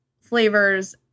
flavors